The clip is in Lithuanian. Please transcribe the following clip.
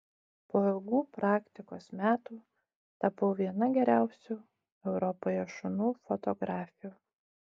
po ilgų praktikos metų tapau viena geriausių europoje šunų fotografių